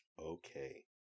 Okay